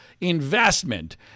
investment